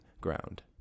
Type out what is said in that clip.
Ground